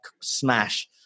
smash